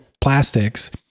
plastics